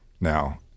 now